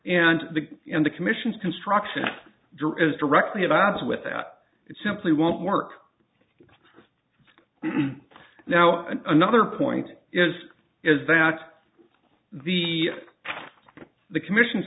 and the in the commission's construction drew is directly at odds with that it simply won't work now another point is is that the the commission